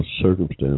circumstance